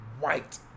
white